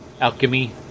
alchemy